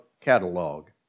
catalog